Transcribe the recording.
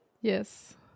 yes